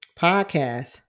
podcast